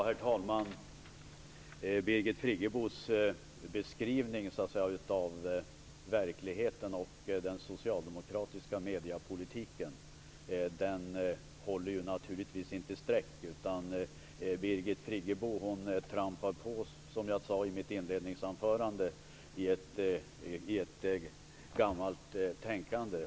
Herr talman! Birgit Friggebos beskrivning av verkligheten och av den socialdemokratiska mediepolitiken håller naturligvis inte streck, utan Birgit Friggebo trampar på, som jag sade i mitt inledningsanförande, i ett gammalt tänkande.